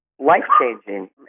life-changing